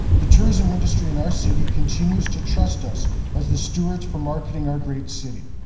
the tourism industry in our city continues to trust us as the stewards for marketing our great city.